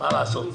מה לעשות?